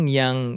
yang